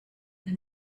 and